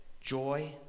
joy